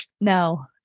no